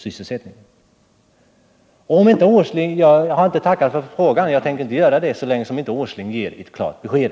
Jag har inte tackat för svaret på min fråga, och jag tänker inte heller göra det så länge herr Åsling inte ger ett klart besked.